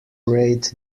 rate